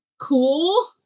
cool